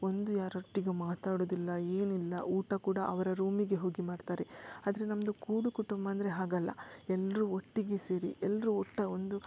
ಒಂದು ಯಾರೊಟ್ಟಿಗೂ ಮಾತಾಡೋದಿಲ್ಲ ಏನಿಲ್ಲ ಊಟ ಕೂಡ ಅವರ ರೂಮಿಗೆ ಹೋಗಿ ಮಾಡ್ತಾರೆ ಆದರೆ ನಮ್ಮದು ಕೂಡು ಕುಟುಂಬ ಅಂದರೆ ಹಾಗಲ್ಲ ಎಲ್ಲರು ಒಟ್ಟಿಗೆ ಸೇರಿ ಎಲ್ಲರು ಒಟ್ಟು ಒಂದು